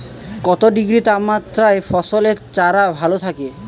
কত ডিগ্রি তাপমাত্রায় ফসলের চারা ভালো থাকে?